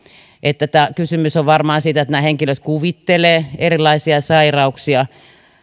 että kysymys on varmaan siitä että nämä henkilöt kuvittelevat erilaisia sairauksia